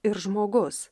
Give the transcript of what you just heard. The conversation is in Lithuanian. ir žmogus